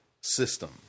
system